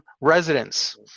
residents